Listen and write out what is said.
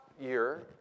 year